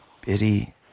Biddy